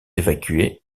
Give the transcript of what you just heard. évacuées